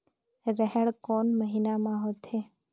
रेहेण कोन महीना म होथे?